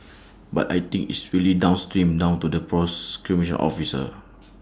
but I think it's really downstream down to the officer